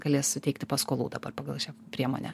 galės suteikti paskolų dabar pagal šią priemonę